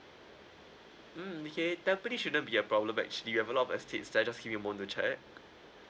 mm okay tampines shouldn't be a problem actually we have a lot of estates there just give me a moment to check